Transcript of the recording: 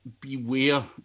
beware